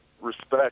respect